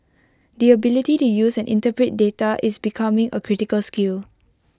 the ability to use and interpret data is becoming A critical skill